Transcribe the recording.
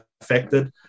affected